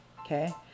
okay